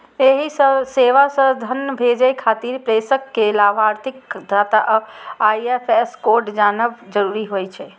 एहि सेवा सं धन भेजै खातिर प्रेषक कें लाभार्थीक खाता आ आई.एफ.एस कोड जानब जरूरी होइ छै